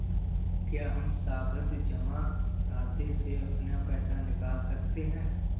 क्या हम सावधि जमा खाते से अपना पैसा निकाल सकते हैं?